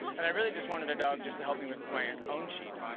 and i really just wanted a dog just to help me with my own sheep,